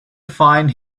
find